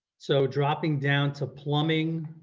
so dropping down to plumbing,